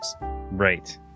Right